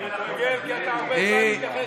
קריאה: כי אתה הרבה זמן מתייחס רק,